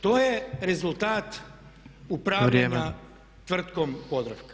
To je rezultat upravljanja tvrtkom Podravka.